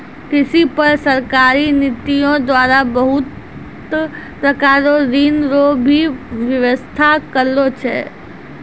कृषि पर सरकारी नीतियो द्वारा बहुत प्रकार रो ऋण रो भी वेवस्था करलो छै